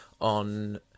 on